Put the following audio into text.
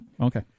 Okay